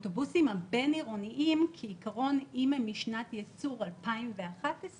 האוטובוסים הבין עירוניים, אם הם משנת ייצור 2011,